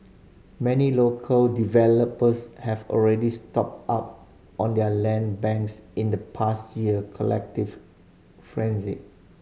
many local developers have already stocked up on their land banks in the past year collective frenzy